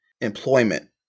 Employment